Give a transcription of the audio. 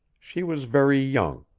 she was very young,